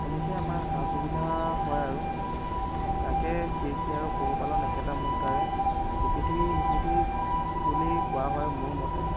তেনেকেই আমাৰ সা সুবিধা হয় আৰু তাকে কৃষি আৰু পশুপালন একেটা মুদ্ৰাৰে ইপিঠি সিপিঠি বুলি কোৱা হয় মোৰ মতে